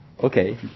okay